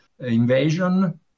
invasion